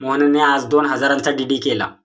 मोहनने आज दोन हजारांचा डी.डी केला